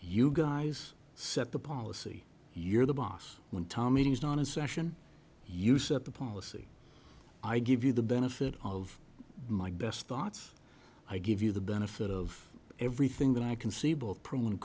you guys set the policy you're the boss when tommy is down in session you set the policy i give you the benefit of my best thoughts i give you the benefit of everything that i can see both pro and